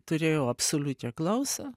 turėjau absoliučią klausą